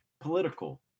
political